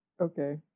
Okay